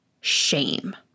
shame